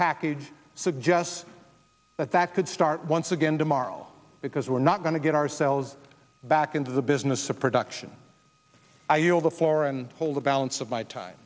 package suggests that that could start once again tomorrow because we're not going to get ourselves back into the business of production i yield the floor and hold the balance of my time